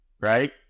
right